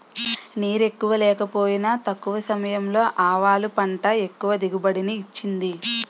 నీరెక్కువ లేకపోయినా తక్కువ సమయంలో ఆవాలు పంట ఎక్కువ దిగుబడిని ఇచ్చింది